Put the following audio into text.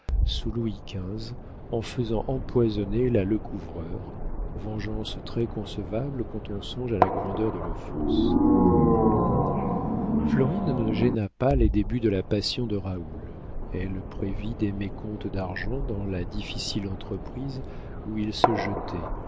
louis xv en faisant empoisonner la lecouvreur vengeance très concevable quand on songe à la grandeur de l'offense florine ne gêna pas les débuts de la passion de raoul elle prévit des mécomptes d'argent dans la difficile entreprise où il se jetait